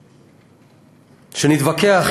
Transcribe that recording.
שנתווכח,